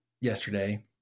yesterday